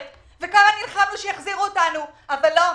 וכמה נלחמנו שיחזירו גם אותנו, אבל לא.